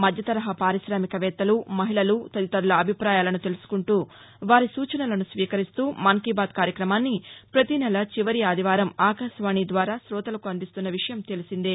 మధ్యతరహా పారిశామికవేత్తలు మహిళలు తదితరుల అభిపాయాలను తెలుసుకుంటూ వారి సూచనలను స్వీకరిస్తూ మన్ కీ బాత్ కార్యక్రమాన్ని ప్రతినెలా చివరి ఆదివారం ఆకాశవాణి ద్వారా కోతలకు అందిస్తున్న విషయం తెలిసిందే